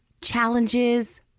challenges